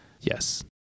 Yes